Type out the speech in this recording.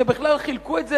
שבכלל חילקו את זה,